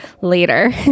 later